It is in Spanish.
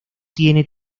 tiene